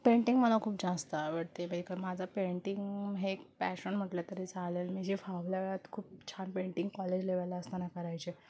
painting मला खूप जास्त आवडते माझं पेंटिंग हे पॅशन म्हटलं तरी चालेल मी जे फावल्या वेळात खूप छान पेंटिंग कॉलेज लेवलला असताना करायचे